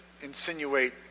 insinuate